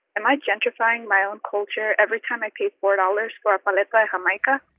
am i gentrifying my own culture every time i pay four dollars for a paleta like jamaica?